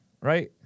right